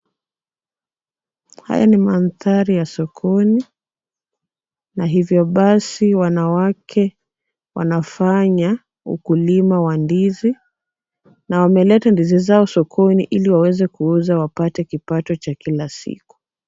Haya ni mandhari ya sokoni na hivyo basi wanawake wanafanya ukulima wa ndizi na wameleta ndizi zao sokoni ili waweze kuuza wapate kipato cha kila siku.